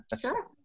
Sure